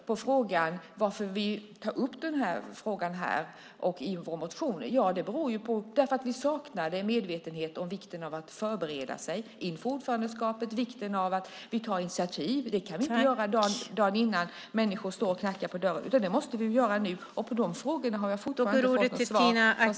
På frågan om varför vi tar upp den här frågan här och i vår motion kan jag svara att det beror på att vi saknade medvetenhet om vikten av att förbereda sig inför ordförandeskapet, vikten av att vi tar initiativ. Det kan vi inte göra dagen innan eller när människor står och knackar på dörren. Det måste vi göra nu.